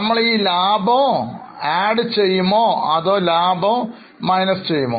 നമ്മൾ ഈ ലാഭം ചേർക്കുമോ അതോ ലാഭം കുറയ്ക്കുമോ